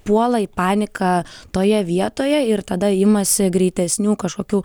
puola į paniką toje vietoje ir tada imasi greitesnių kažkokių